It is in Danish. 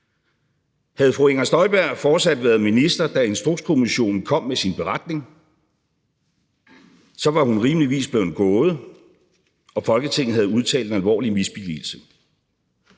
Havde fru Inger Støjberg fortsat været minister, da Instrukskommissionen kom med sin beretning, var hun rimeligvis blevet gået, og Folketinget havde udtalt en alvorlig misbilligelse.